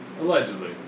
Allegedly